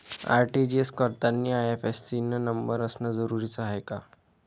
RTGS करतांनी IFSC न number असनं जरुरीच हाय का?